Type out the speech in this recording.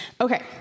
Okay